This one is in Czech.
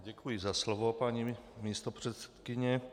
Děkuji za slovo, paní místopředsedkyně.